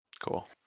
Cool